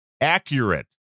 accurate